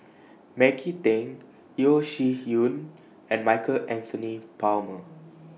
Maggie Teng Yeo Shih Yun and Michael Anthony Palmer